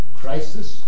crisis